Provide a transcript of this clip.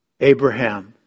Abraham